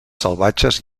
salvatges